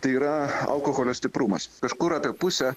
tai yra alkoholio stiprumas kažkur apie pusę